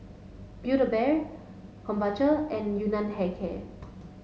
build a Bear Krombacher and Yun Nam Hair Care